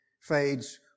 fades